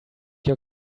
your